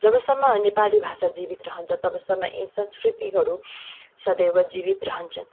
जबसम्म नेपाली भाषा जीवित रहन्छ तबसम्म यी संस्कृतिहरू सदैव जीवित रहन्छ